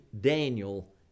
Daniel